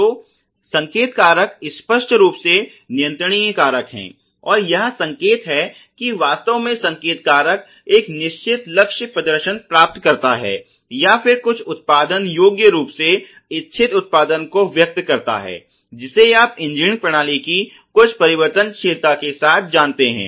तो संकेत कारक स्पष्ट रूप से नियंत्रणीय कारक हैं और यह संकेत है कि वास्तव में संकेत कारक एक निश्चित लक्ष्य प्रदर्शन प्राप्त करता है या फिर कुछ उत्पादन योग्य रूप से इच्छित उत्पादन को व्यक्त करता है जिसे आप इंजीनियर प्रणाली की कुछ परिवर्तनशीलता के साथ जानते हैं